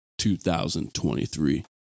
2023